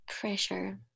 Pressure